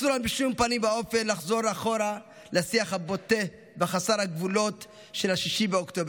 אסור לנו בשום אופן לחזור אחורה לשיח הבוטה וחסר הגבולות של 6 באוקטובר.